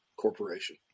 corporation